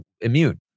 immune